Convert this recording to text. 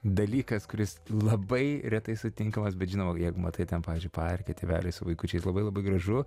dalykas kuris labai retai sutinkamas bet žinoma jeigu matai ten pavyzdžiui parke tėvelis su vaikučiais labai labai gražu